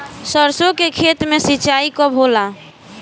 सरसों के खेत मे सिंचाई कब होला?